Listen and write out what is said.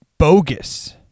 Bogus